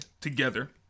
together